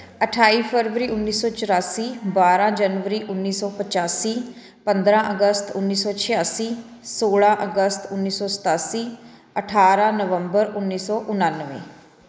ਅਠਾਈ ਫਰਵਰੀ ਉੱਨੀ ਸੌ ਚੁਰਾਸੀ ਬਾਰ੍ਹਾਂ ਜਨਵਰੀ ਉੱਨੀ ਸੌ ਪਚਾਸੀ ਪੰਦਰ੍ਹਾਂ ਅਗਸਤ ਉੱਨੀ ਸੌ ਛਿਆਸੀ ਸੋਲ੍ਹਾਂ ਅਗਸਤ ਉੱਨੀ ਸੌ ਸਤਾਸੀ ਅਠਾਰ੍ਹਾਂ ਨਵੰਬਰ ਉੱਨੀ ਸੌ ਉਣਾਨਵੇਂ